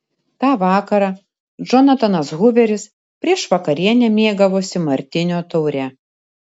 tą vakarą džonatanas huveris prieš vakarienę mėgavosi martinio taure